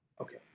Okay